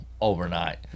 overnight